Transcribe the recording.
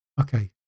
Okay